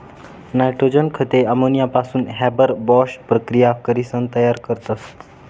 nitrogen खते अमोनियापासून Haber Bosch प्रकिया करीसन तयार करतस